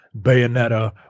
Bayonetta